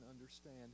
understand